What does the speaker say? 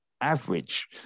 average